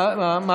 נכון, נכון.